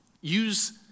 use